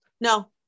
No